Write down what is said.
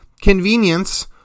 convenience